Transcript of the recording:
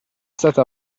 stata